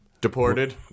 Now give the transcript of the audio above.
deported